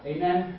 Amen